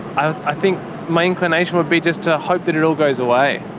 i think my inclination would be just to hope that it all goes away.